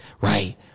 right